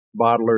bottler